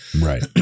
Right